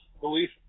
belief